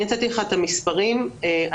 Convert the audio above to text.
אני נתתי לך את המספרים הנוכחיים,